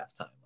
halftime